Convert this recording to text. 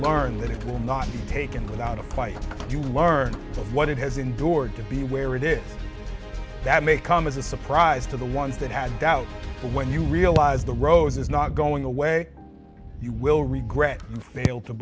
learn that it will not be taken without a fight you learn of what it has endured to be where it is that may come as a surprise to the ones that had doubts when you realize the rose is not going away you will regret and fail to